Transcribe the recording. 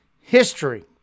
history